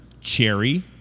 cherry